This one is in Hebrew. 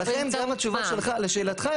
לכן גם התשובה לשאלתך,